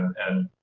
and,